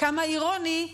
כמה אירוני,